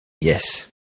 yes